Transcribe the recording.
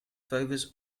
favours